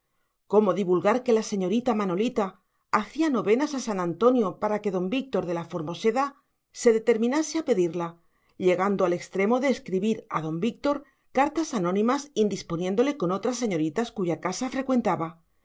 cómo divulgar que la señorita manolita hacía novenas a san antonio para que don víctor de la formoseda se determinase a pedirla llegando al extremo de escribir a don víctor cartas anónimas indisponiéndole con otras señoritas cuya casa frecuentaba